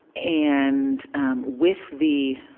and with the,